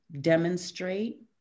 demonstrate